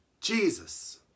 Jesus